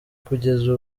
kugeza